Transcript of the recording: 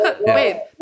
Wait